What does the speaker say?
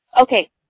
Okay